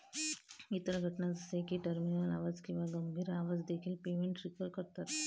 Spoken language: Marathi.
इतर घटना जसे की टर्मिनल आजार किंवा गंभीर आजार देखील पेमेंट ट्रिगर करतात